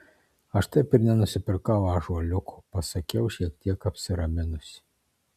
aš taip ir nenusipirkau ąžuoliuko pasakiau šiek tiek apsiraminusi